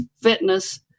Fitness